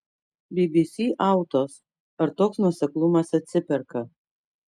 bbc autos ar toks nuoseklumas atsiperka